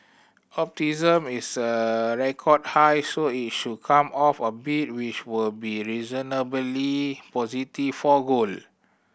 is a record high so it should come off a bit which would be reasonably positive for gold